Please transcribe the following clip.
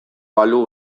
balu